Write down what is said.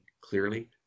clearly